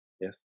Yes